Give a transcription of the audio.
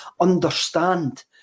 understand